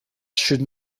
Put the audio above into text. should